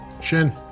Shin